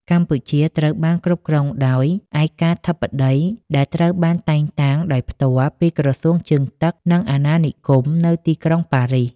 កម្ពុជាត្រូវបានគ្រប់គ្រងដោយ ឯកាធិបតី ដែលត្រូវបានតែងតាំងដោយផ្ទាល់ពីក្រសួងជើងទឹក និងអាណានិគមនៅទីក្រុងប៉ារីស។